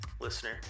listener